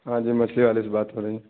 ہاں جی مچھلی والے سے بات ہو رہی ہے